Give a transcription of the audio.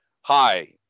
hi